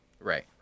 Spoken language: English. Right